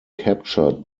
captured